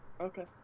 Okay